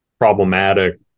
problematic